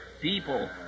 people